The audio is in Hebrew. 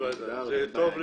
בוודאי, זה טוב לכולכם.